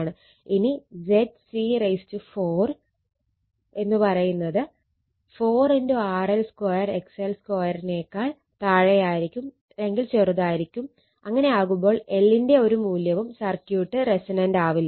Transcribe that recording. ഇനി ZC4 4 RL2 XL2 ആകുമ്പോൾ L ന്റെ ഒരു മൂല്യവും സർക്യൂട്ട് റെസൊണന്റ് ആക്കില്ല